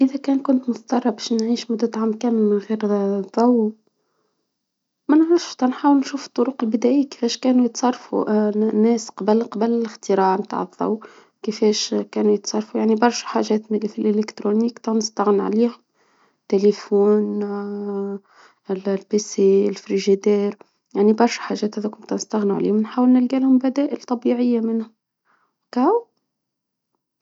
إذا كان كنت مضطرة باش نعيش مدة عام كامل من غير ثوب، ما نعرفش تنحاول نشوف الطرق البداية كيفاش كانوا يتصرفوا الناس قبل قبل الاختراع نتعطل، كيفاش كانوا يتشاركوا يعني برشا حاجات نشتغل عليها، تليفون الفريجيدر يعني برشا حاجات نحاول نلقى لهم بدائل طبيعية منهم.